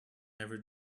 never